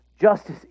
Justice